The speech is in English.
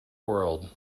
world